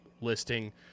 listing